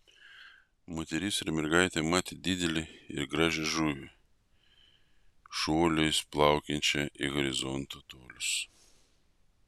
moteris ir mergaitė matė didelę ir gražią žuvį šuoliais plaukiančią į horizonto tolius